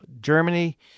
Germany